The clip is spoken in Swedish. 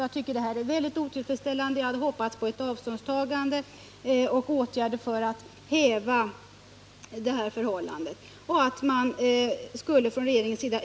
Jag tycker att detta är mycket otillfredsställande, och jag hade hoppats på ett avståndstagande från statsrådets sida och på åtgärder för att häva det nuvarande förhållandet.